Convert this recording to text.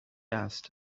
asked